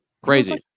Crazy